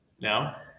Now